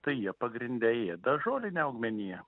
tai jie pagrinde ėda žolinę augmeniją